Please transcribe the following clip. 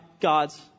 God's